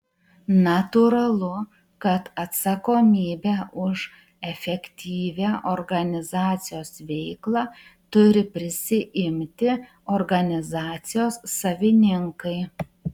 natūralu kad atsakomybę už efektyvią organizacijos veiklą turi prisiimti organizacijos savininkai